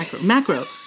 Macro